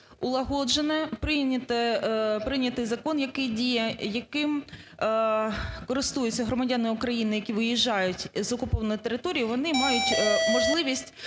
улагоджене, прийнятий закон, який діє, яким користуються громадяни України, які виїжджають з окупованих територій, вони мають можливість